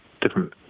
different